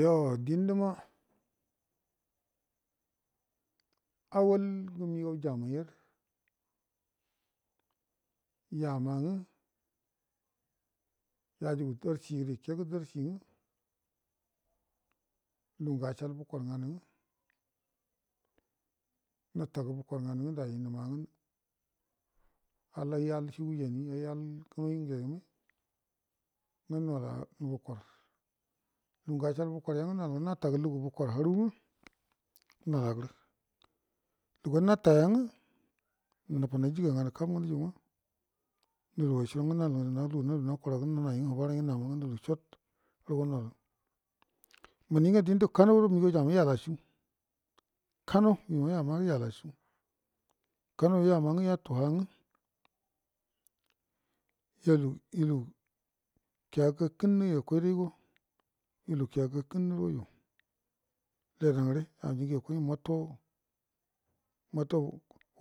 Yo dindəma awal ngə migau janaiya yama ngə yajugu darshidə ikegə darishi ngə lugu ngə achal bukor nganə nga nətagə bukor nganə ngə daji nəma nga allai al chgujani ayi all chugu ngegime ngə nela'a bukar lungə achal bukor yangə mama natagə lugu bukar haru ngə nolagərə luguwa nataya nga nəfanai jiga ngnə kab nga nuju uga nuluwa chu nga nalu gədə nalu nalu namai nakwaragə ngə nhənai həbaraingə nəma ngə nulu chot rugu nolə mininga dində kano da migau jamnai yala chukano ina yama nga yolaa chu kano yo yama nga yatu ha uga yalu ilu kiya gakənnə yakai rai ga yulu kiya gakənnəgəro ya adagəre ajingə gakoi nga muto muto